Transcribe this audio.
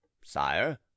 sire